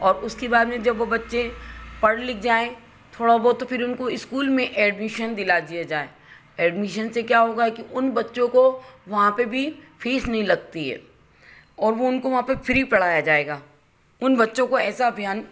और उसके बाद में जब वह बच्चे पढ़ लिख थोड़ा बहुत तो फ़िर उनको इस्कूल में एडमिशन दिला दिए जाए एडमिशन से क्या होगा कि उन बच्चों को वहाँ पर भी फीस नहीं लगती है और वह उनको वहाँ पर फ़्री पढ़ाया जाएगा उन बच्चों को ऐसा अभियान